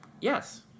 Yes